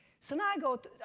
so now i go,